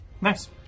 Nice